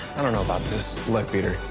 i don't know about this. look, peter,